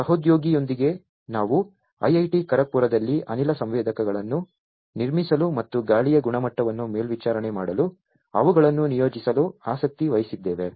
ಸಹೋದ್ಯೋಗಿಯೊಂದಿಗೆ ನಾವು ಐಐಟಿ ಖರಗ್ಪುರದಲ್ಲಿ ಅನಿಲ ಸಂವೇದಕಗಳನ್ನು ನಿರ್ಮಿಸಲು ಮತ್ತು ಗಾಳಿಯ ಗುಣಮಟ್ಟವನ್ನು ಮೇಲ್ವಿಚಾರಣೆ ಮಾಡಲು ಅವುಗಳನ್ನು ನಿಯೋಜಿಸಲು ಆಸಕ್ತಿ ವಹಿಸಿದ್ದೇವೆ